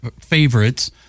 favorites